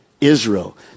Israel